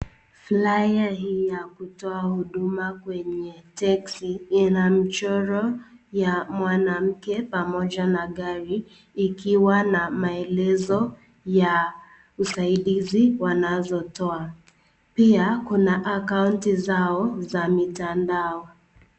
Flyer ya kutoa huduma kwenye teksi inamchoro ya mwanamke pamoja na gari ikiwa na maelezo ya usaidizi wanazo toa. Pia kuna akaunti zao za mitandao.